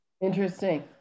interesting